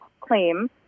claim